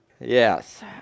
yes